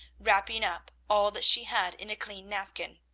wrapping up all that she had in a clean napkin.